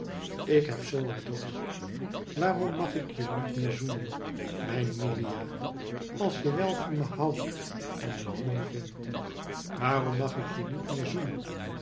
ik heb zoo een dorst waarom mag ik je niet meer zoenen mijn milia als je wel van me houdt en me mooi vindt waarom mag ik je niet meer zoenen